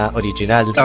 original